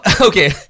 Okay